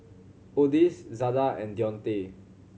Odis Zada and Deontae